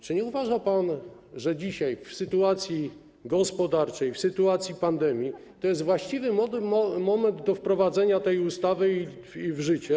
Czy uważa pan, że dzisiaj, w tej sytuacji gospodarczej, w sytuacji pandemii to jest właściwy moment na wprowadzenie tej ustawy w życie?